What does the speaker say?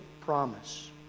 promise